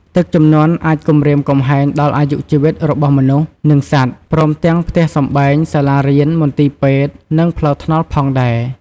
ទឹកជំនន់អាចគំរាមគំហែងដល់អាយុជីវិតរបស់មនុស្ស និងសត្វ ព្រមទាំងផ្ទះសម្បែង សាលារៀន មន្ទីរពេទ្យ និងផ្លូវថ្នល់ផងដែរ។